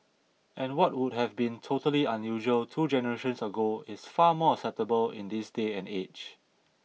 and what would have been totally unusual two generations ago is far more acceptable in this day and age